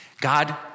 God